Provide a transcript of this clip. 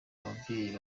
ababyeyi